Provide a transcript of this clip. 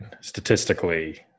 statistically